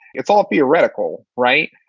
it's all theoretical. right.